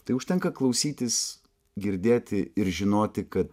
tai užtenka klausytis girdėti ir žinoti kad